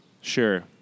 sure